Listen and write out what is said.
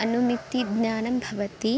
अनुमितिज्ञानं भवति